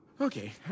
Okay